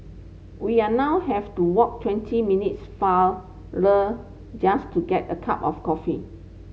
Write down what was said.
we are now have to walk twenty minutes farther just to get a cup of coffee